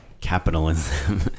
capitalism